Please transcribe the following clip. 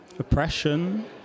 oppression